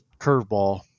curveball